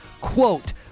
quote